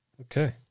Okay